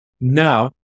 Now